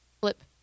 Flip